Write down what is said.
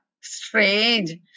Strange